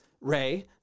Ray